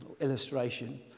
illustration